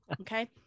Okay